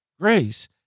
grace